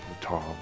Tom